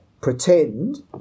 pretend